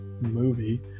movie